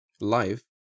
life